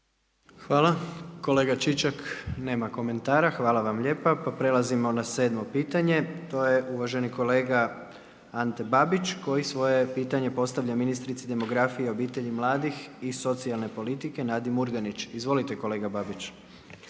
Hvala. Kolega Čičak, nema komentara. Hvala vam lijepa, pa prelazimo na 7 pitanje, to je uvaženi kolega Ante Babić koji svoje pitanje postavlja ministrici demografije, obitelji i mladih i socijalne politike, Nadi Murganić. Izvolite kolega Babić.